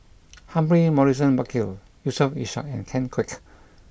Humphrey Morrison Burkill Yusof Ishak and Ken Kwek